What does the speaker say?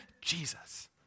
Jesus